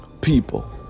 people